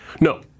No